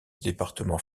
département